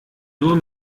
nur